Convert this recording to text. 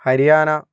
Haryana